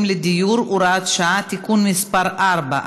לדיור (הוראת שעה) (תיקון מס' 4),